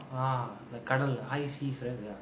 ah like கடல்:kadal high sea சிறகுகள்:siragugal